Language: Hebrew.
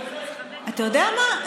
אתה יודע מה,